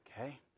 Okay